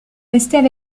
restées